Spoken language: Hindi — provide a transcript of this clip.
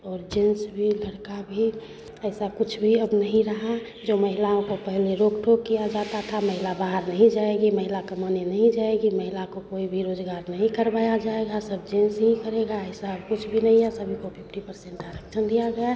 और जेन्स भी लड़का भी ऐसा कुछ भी अब नहीं रहा जो महिलाओं को पहले रोक टोक किया जाता था महिला बाहर नहीं जाएगी महिला कमाने नहीं जाएगी महिला को कोई भी रोज़गार नहीं करवाया जाएगा सब जेन्स ही करेगा ऐसा अब कुछ भी नहीं है सभी को फिफ्टी परसेन्ट आरक्षण दिया गया है